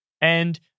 And-